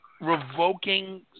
revoking